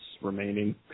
remaining